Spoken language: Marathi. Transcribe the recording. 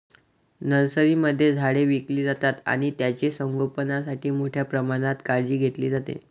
नर्सरीमध्ये झाडे विकली जातात आणि त्यांचे संगोपणासाठी मोठ्या प्रमाणात काळजी घेतली जाते